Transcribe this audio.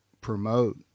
promote